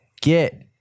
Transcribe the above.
Get